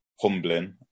humbling